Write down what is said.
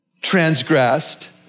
transgressed